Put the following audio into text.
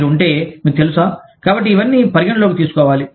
మీరు ఉంటే మీకు తెలుసా కాబట్టి ఇవన్నీ పరిగణనలోకి తీసుకోవాలి